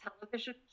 television